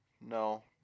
No